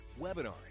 webinars